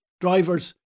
drivers